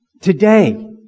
Today